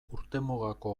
urtemugako